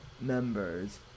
members